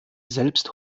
selbst